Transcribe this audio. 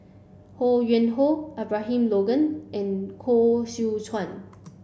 Ho Yuen Hoe Abraham Logan and Koh Seow Chuan